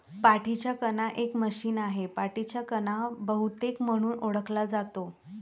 पाठीचा कणा एक मशीन आहे, पाठीचा कणा बहुतेक म्हणून ओळखला जातो